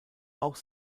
auch